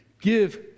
Give